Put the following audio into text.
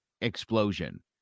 explosion